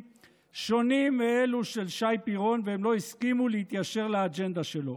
שונים מאלו של שי פירון והם לא הסכימו להתיישר לאג'נדה שלו.